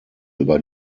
über